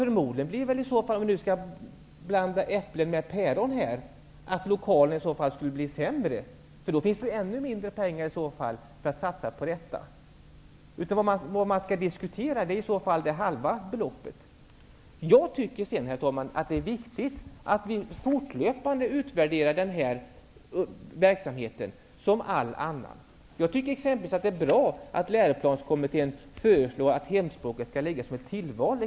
Förmodligen blir lokalerna i så fall sämre -- om man nu skall blanda äpplen och päron -- eftersom det då finns ännu mindre pengar att satsa på dessa. Det man skall diskutera är det halva beloppet. Herr talman! Det är viktigt att vi fortlöpande utvärderar den här verksamheten liksom all annan verksamhet. Jag tycker exempelvis att det är bra att läroplanskommittén föreslår att hemspråket skall vara ett tillval.